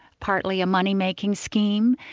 partly a money-making scheme,